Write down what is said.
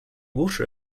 water